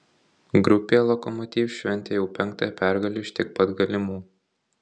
grupėje lokomotiv šventė jau penktąją pergalę iš tiek pat galimų